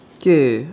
okay